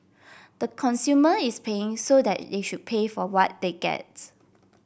the consumer is paying so they should pay for what they get